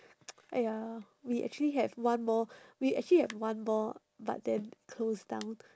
!aiya! we actually have one more we actually have one more but then it closed down